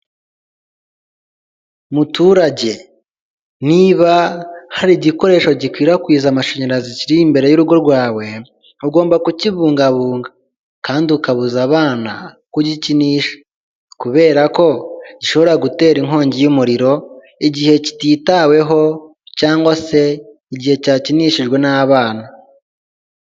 Muturage niba hari igikoresho gikwirakwiza amashanyarazi kiri imbere y'urugo rwawe ugomba kukibungabunga kandi ukabuza abana kugikinisha kubera ko gishobora gutera inkongi y'umuriro igihe kititaweho cyangwa se igihe cyakinishijwe n'abana.